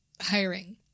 hiring